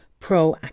proactive